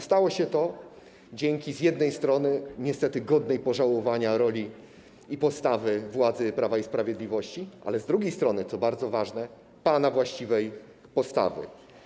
Stało się to dzięki z jednej strony niestety godnej pożałowania roli i postawy władzy Prawa i Sprawiedliwości, ale z drugiej strony, co bardzo ważne, pana właściwej postawy.